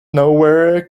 nowhere